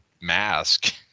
mask